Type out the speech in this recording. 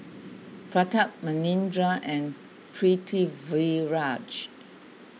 Pratap Manindra and Pritiviraj